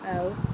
ଆଉ